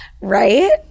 Right